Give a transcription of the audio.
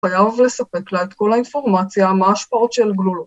‫אני חייב לספק לה את כל ‫האינפורמציה מההשפעות של גלולות.